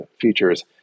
features